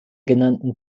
genannten